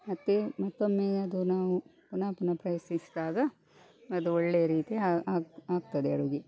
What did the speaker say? ಮತ್ತು ಮತ್ತೊಮ್ಮೆ ಅದು ನಾವು ಪುನಃ ಪುನಃ ಪ್ರಯತ್ನಿಸಿದಾಗ ಅದು ಒಳ್ಳೆಯ ರೀತಿ ಆ ಆಗಿ ಆಗ್ತದೆ ಅಡುಗೆ